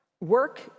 Work